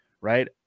right